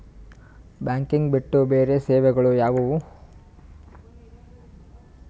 Banking ಬಿಟ್ಟು ಬೇರೆ ಸೇವೆಗಳು ಯಾವುವು?